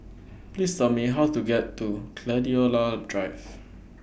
Please Tell Me How to get to Gladiola Drive